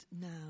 now